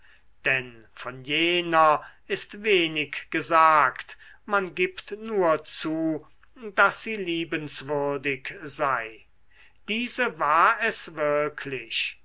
denn von jener ist wenig gesagt man gibt nur zu daß sie liebenswürdig sei diese war es wirklich